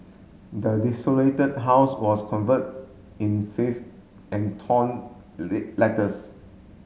the desolated house was convert in filth and torn letters